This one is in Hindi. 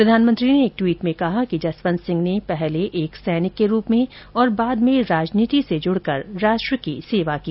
प्रधानमंत्री ने एक ट्वीट में कहा कि जसवंत सिंह ने पहले एक सैनिक के स्लप में और बाद में राजनीति से जुड़कर राष्ट्र की सेवा की